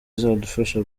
izadufasha